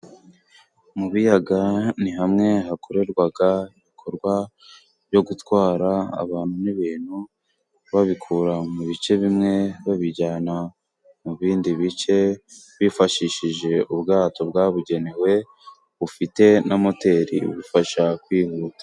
Mu biyaga ni hamwe hakorerwa ibikorwa byo gutwara abantu n'ibintu, babikura mu bice bimwe babijyana mu bindi bice bifashishije ubwato bwabugenewe, bufite na moteri bufasha kwihuta.